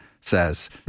says